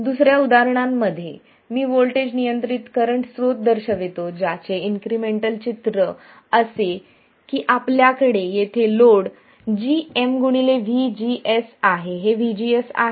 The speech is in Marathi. दुसर्या उदाहरणांप्रमाणे मी व्होल्टेज नियंत्रित करंट स्त्रोत दर्शवितो ज्याचे इन्क्रिमेंटल चित्र असे की आपल्याकडे येथे लोड gmVGS आहे हे VGS आहे